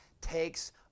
takes